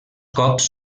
cops